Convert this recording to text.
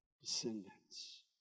descendants